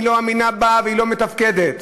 היא לא אמינה ולא מתפקדת.